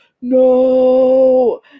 no